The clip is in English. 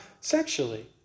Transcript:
sexually